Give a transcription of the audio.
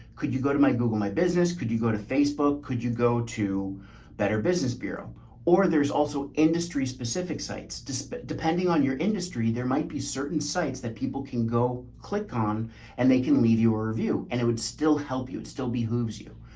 could you go to my google, my business? could you go to facebook? could you go to better business bureau or there's also industry specific sites. so depending on your industry, there might be certain sites that people can go click on and they can leave your review and it would still help you. it's still be hooves you.